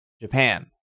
Japan